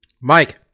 Mike